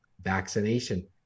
vaccination